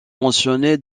mentionné